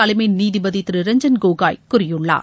தலைமை நீதிபதி திரு ரஞ்சன் கோகாய் கூறியுள்ளார்